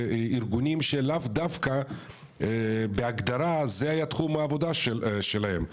לארגונים שלאו דווקא בהגדרה זה היה תחום העבודה שלהם,